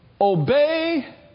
obey